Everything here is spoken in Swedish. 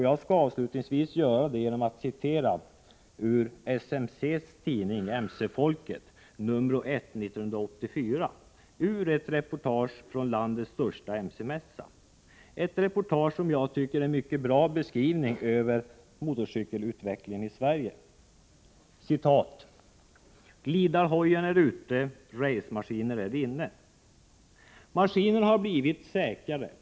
Jag skall avslutningsvis citera SMC:s tidning Mc-folket nr 1 år 1984, ur ett reportage från landets största mc-mässa — ett reportage som jag tycker är en bra beskrivning över mc-utvecklingen i Sverige: Maskinerna har blivit säkrare.